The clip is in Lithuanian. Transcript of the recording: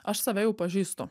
aš save jau pažįstu